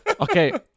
Okay